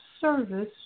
service